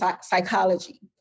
psychology